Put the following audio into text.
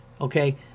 okay